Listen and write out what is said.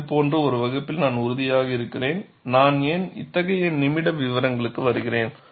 இது போன்ற ஒரு வகுப்பில் நான் உறுதியாக இருக்கிறேன் நான் ஏன் இத்தகைய நிமிட விவரங்களுக்கு வருகிறேன்